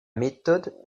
méthode